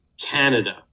Canada